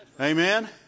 Amen